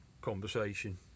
conversation